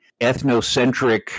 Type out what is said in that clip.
ethnocentric